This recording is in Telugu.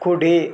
కుడి